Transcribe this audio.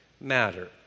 matter